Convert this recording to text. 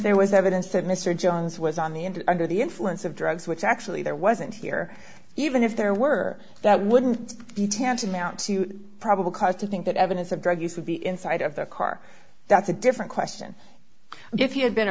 there was evidence that mr jones was on the end under the influence of drugs which actually there wasn't here even if there were that wouldn't be tantamount to probable cause to think that evidence of drug use would be inside of the car that's a different question if he had been